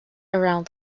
around